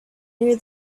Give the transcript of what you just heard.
near